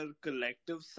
collective